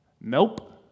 Nope